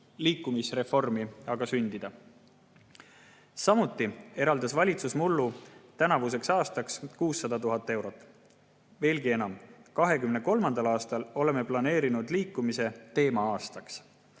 liikumisreformi sündida. Samuti eraldas valitsus mullu tänavuseks aastaks 600 000 eurot. Veelgi enam, 2023. aasta oleme planeerinud liikumise teema-aastaks.